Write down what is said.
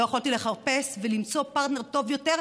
לא יכולתי לחפש ולמצוא פרטנר טוב יותר,